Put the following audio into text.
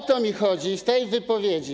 O to mi chodzi w tej wypowiedzi.